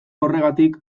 horregatik